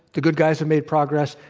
the good guys have made progress.